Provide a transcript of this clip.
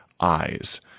eyes